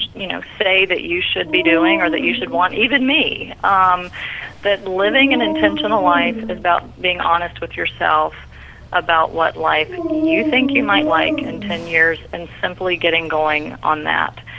you know, say that you should be doing or that you should want even me um that living an intentional life is about being honest with yourself about what life you think you might like in and ten years, and simply getting going on that,